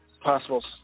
possible